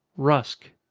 rusk.